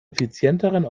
effizienteren